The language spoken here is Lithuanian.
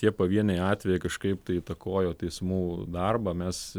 tie pavieniai atvejai kažkaip tai įtakojo teismų darbą mes